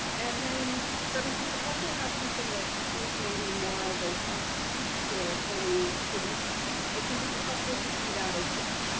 and but if you also have something that is maybe more of a finished piece or a fully produced piece, it can be helpful to see that as well.